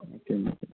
okay madam